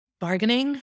bargaining